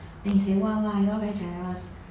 then he say !wah! !wah! you all very generous